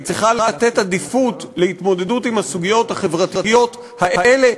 היא צריכה לתת עדיפות להתמודדות עם הסוגיות החברתיות האלה,